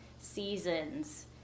seasons